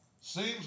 Seems